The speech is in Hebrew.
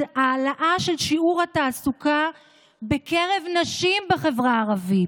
העלאה של שיעור התעסוקה בקרב נשים בחברה הערבית,